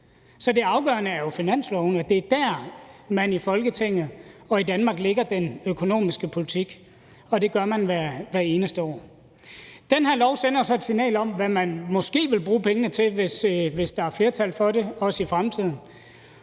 Så det afgørende er jo finanslovene. Det er dér, man i Folketinget og i Danmark lægger den økonomiske politik, og det gør man hvert eneste år. Den her lov sender så et signal om, hvad man måske vil bruge pengene til, hvis der også er flertal for det i fremtiden.